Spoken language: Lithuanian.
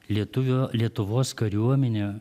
lietuvių lietuvos kariuomenė